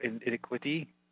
iniquity